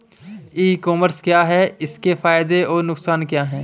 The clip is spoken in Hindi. ई कॉमर्स क्या है इसके फायदे और नुकसान क्या है?